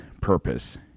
purpose